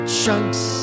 chunks